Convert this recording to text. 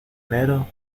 enero